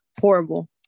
horrible